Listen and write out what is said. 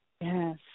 Yes